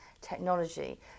technology